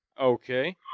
okay